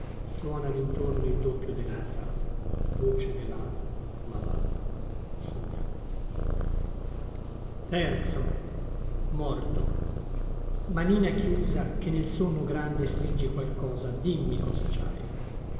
suona dintorno il doppio dellentrata voce velata malata sognata manina chiusa che nel sonno grande stringi qualcosa dimmi cosa ci